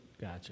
Gotcha